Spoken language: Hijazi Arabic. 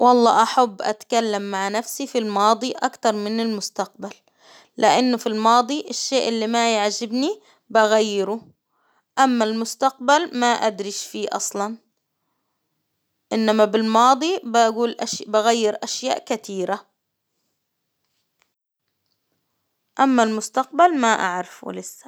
والله أحب أتكلم مع نفسي في الماضي أكتر من المستقبل، لإنه في الماضي الشيء اللي ما يعجبني بغيره، أما المستقبل ما أدري فيه أصلا، إنما بالماضي بقول أش بغير اشياء كتيرة، أما المستقبل ما أعرفه لسه.